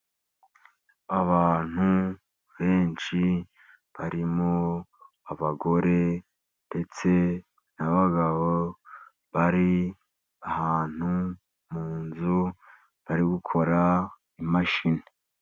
Abantu benshi barimo, abagore ndetse n' abagabo bari ahantu mu nzu bari gukora imashini.